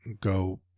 go